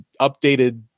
updated